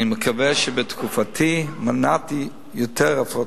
אני מקווה שבתקופתי מנעתי עוד הפרטות.